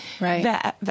Right